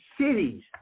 cities